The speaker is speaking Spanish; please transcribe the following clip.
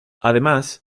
además